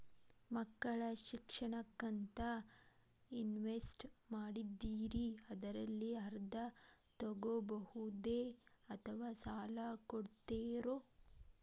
ಮಕ್ಕಳ ಶಿಕ್ಷಣಕ್ಕಂತ ಇನ್ವೆಸ್ಟ್ ಮಾಡಿದ್ದಿರಿ ಅದರಲ್ಲಿ ಅರ್ಧ ತೊಗೋಬಹುದೊ ಅಥವಾ ಸಾಲ ಕೊಡ್ತೇರೊ?